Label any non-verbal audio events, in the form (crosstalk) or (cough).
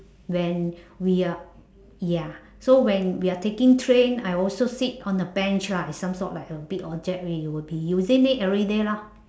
when (breath) we are ya so when we're taking train I also sit on the bench lah it's some sort of big object that we will be using it everyday lah